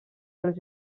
els